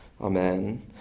Amen